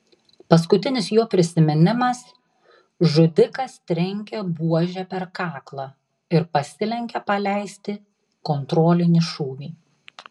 paskutinis jo prisiminimas žudikas trenkia buože per kaklą ir pasilenkia paleisti kontrolinį šūvį